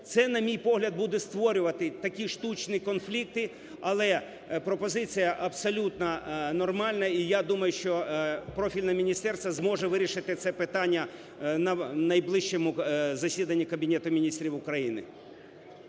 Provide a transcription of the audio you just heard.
Це, на мій погляд, буде створювати такі штучні конфлікти, але пропозиція абсолютно нормальна і, я думаю, що профільне міністерство зможе вирішити це питання на найближчому засіданні Кабінету Міністрів України.